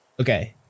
Okay